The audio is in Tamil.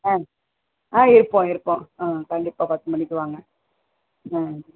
ஆ ஆ இருப்போம் இருப்போம் ஆ கண்டிப்பாக பத்து மணிக்கு வாங்க ஆ